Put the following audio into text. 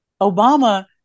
obama